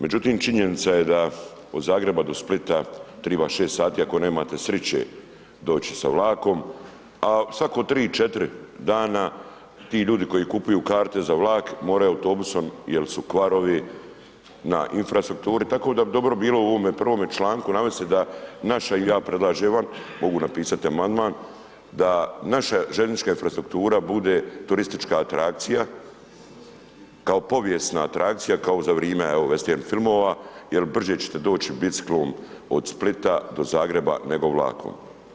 Međutim, činjenica je da od Zagreba do Splita triba 6 sati ako nemate sriće doći sa vlakom, a svako 3, 4 dana ti ljudi koji kupuju karte za vlak moraju autobusom jer su kvarovi na infrastrukturi, tako da bi dobro bilo u ovome prvome članku navesti da naša, i ja predlažem vam, mogu napisati amandman, da naša željeznička infrastruktura bude turistička atrakcija, kao povijesna atrakcija, kao za vrime evo vestern filmova jer brže ćete doći biciklom od Splita do Zagreba nego vlakom.